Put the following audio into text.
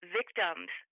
victims